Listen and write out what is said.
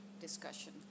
discussion